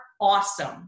awesome